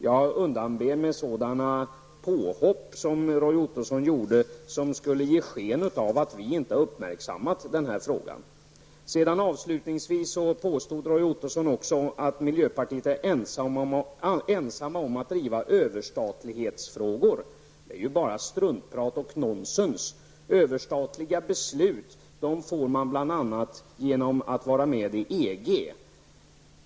Jag undanber mig sådana påhopp som Roy Ottosson gjorde, som skulle ge sken av att vi inte har uppmärksammat frågan. Avslutningsvis påstod Roy Ottosson också att miljöpartiet är det enda parti som driver överstatlighetsfrågor. Det är ju bara struntprat och nonsens! Överstatliga beslut är möjliga att åstadkomma bl.a. genom att man är med i EG.